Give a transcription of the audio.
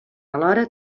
alhora